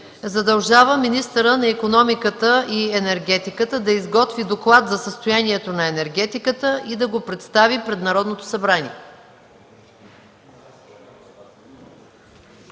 „задължава министъра на икономиката и енергетиката да изготви доклад за състоянието на енергетиката и да го представи пред Народното събрание”.